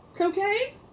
okay